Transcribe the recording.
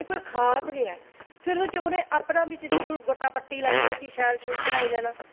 ते कोई खास गै फिर उ'नें ओह्दे बिच अपना कोई पट्टा पट्टी लाइयै उसी शैल बनाई लैना